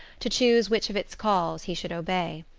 to choose which of its calls he should obey.